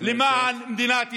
למען מדינת ישראל.